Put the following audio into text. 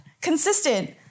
consistent